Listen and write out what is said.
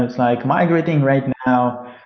and like migrating right now,